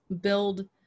build